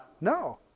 No